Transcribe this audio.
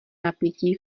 napětí